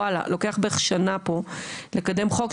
וואלה לוקח שנה פה לקדם חוק,